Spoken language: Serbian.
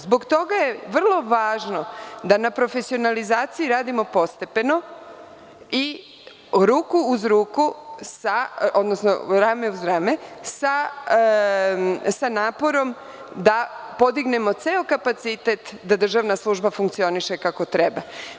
Zbog toga je vrlo važno da na profesionalizaciji radimo postepeno i ruku uz ruku, odnosno rame uz rame sa naporom da podignemo ceo kapacitet da državna služba funkcioniše kako treba.